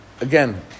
Again